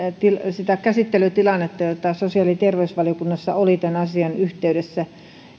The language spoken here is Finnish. sitä käsittelytilannetta joka sosiaali ja terveysvaliokunnassa oli tämän asian yhteydessä